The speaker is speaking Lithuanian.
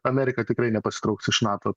amerika tikrai nepasitrauks iš nato